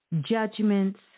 judgments